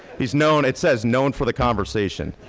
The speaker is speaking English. he's known it says known for the conversation.